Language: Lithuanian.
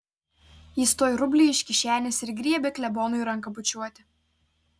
jis tuoj rublį iš kišenės ir griebia klebonui ranką bučiuoti